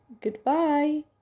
Goodbye